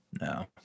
No